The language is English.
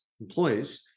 employees